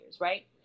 right